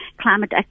climate